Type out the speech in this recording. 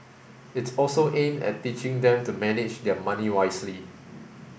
it's also aimed at teaching them to manage their money wisely